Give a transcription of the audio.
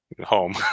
home